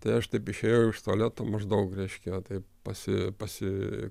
tai aš taip išėjau iš tualeto maždaug reiškia taip pasi pasi